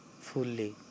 fully